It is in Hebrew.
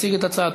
יציג את הצעתו